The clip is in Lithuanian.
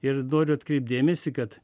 ir noriu atkreipt dėmesį kad